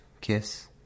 kiss